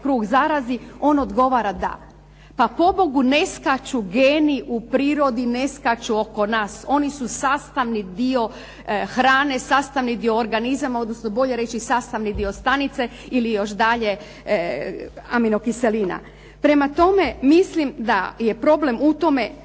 kruh zarazi, on odgovara da. Pa pobogu ne skaču geni u prirodi, ne skaču oko nas. Oni su sastavni dio hrane, sastavni dio organizama odnosno bolje reći sastavni dio stanice ili još dalje aminokiselina. Prema tome, mislim da je problem u tome